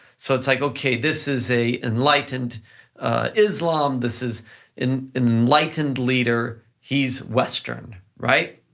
so it's like, okay, this is a enlightened islam, this is an enlightened leader, he's western, right?